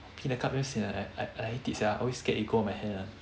pee in the cup damn sian I I hate it sia always scared it go on my hand